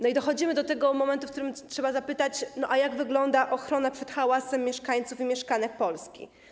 I dochodzimy do tego momentu, w którym trzeba zapytać, jak wygląda ochrona przed hałasem mieszkańców i mieszkanek Polski.